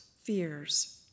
fears